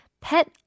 pet